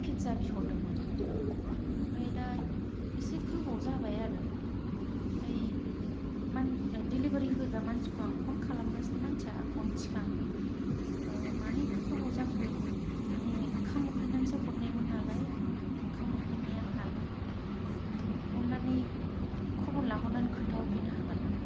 pizza बिहरदोंमोन ओमफ्राय दा एसे गोबाव जाबाय आरो ओमफ्राय मान डिलिभारि होग्रा मानसिखौ आं फन खालामगासिनो मानसिया फन थिखोआखै आह मानो एफा गोबाव जाखो माने आंखाम उखैनानैसो हरनायमोन नालाय आंखाम उखैनाया हाला आह अननानै खबर लाहरनानै खिन्थाहरफिननो हागोन नामा